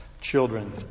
children